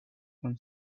con